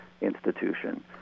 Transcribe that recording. institution